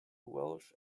welsh